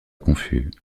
confus